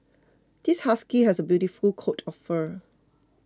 this husky has a beautiful coat of fur